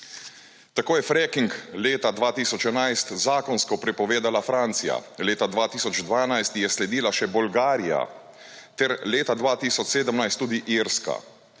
Tako je freking leta 2011 zakonsko prepovedala Francija, leta 2012 ji je sledila še Bolgarija ter leta 2017 tudi Irska.